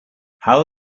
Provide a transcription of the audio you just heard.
how